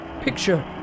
Picture